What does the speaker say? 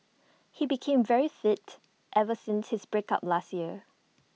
he became very fit ever since his break up last year